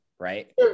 right